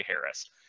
Harris